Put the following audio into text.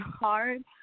hard